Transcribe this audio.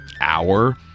hour